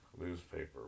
newspaper